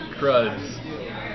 cruds